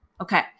Okay